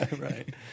Right